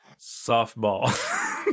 Softball